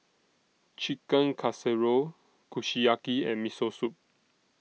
Chicken Casserole Kushiyaki and Miso Soup